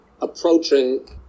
approaching